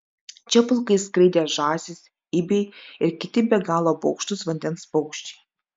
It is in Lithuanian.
čia pulkais skraidė žąsys ibiai ir kiti be galo baugštūs vandens paukščiai